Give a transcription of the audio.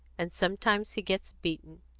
and sometimes he gets beaten.